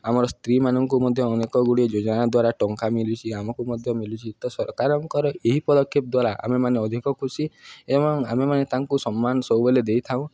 ଆମର ସ୍ତ୍ରୀମାନଙ୍କୁ ମଧ୍ୟ ଅନେକଗୁଡ଼ିଏ ଯୋଜନା ଦ୍ୱାରା ଟଙ୍କା ମିଲୁଛିି ଆମକୁ ମଧ୍ୟ ମିଲୁଛିି ତ ସରକାରଙ୍କର ଏହି ପଦକ୍ଷେପ ଦ୍ଵାରା ଆମେମାନେ ଅଧିକ ଖୁସି ଏବଂ ଆମେମାନେ ତାଙ୍କୁ ସମ୍ମାନ ସବୁବେଲେ ଦେଇଥାଉ